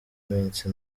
iminsi